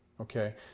Okay